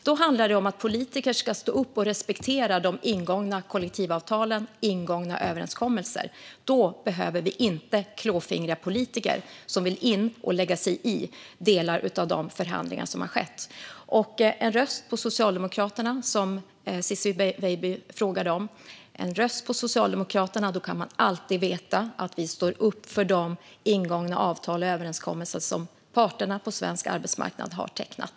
Då handlar det om att politiker ska stå upp och respektera de ingångna kollektivavtalen och överenskommelserna, och vi behöver inte klåfingriga politiker som vill lägga sig i delar av förhandlingarna. En röst på Socialdemokraterna, som Ciczie Weidby frågade om, innebär att man alltid vet att vi står upp för avtal och överenskommelser som parterna på svensk arbetsmarknad har tecknat.